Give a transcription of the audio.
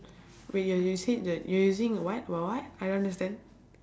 wait you you you said that you are using what what what I don't understand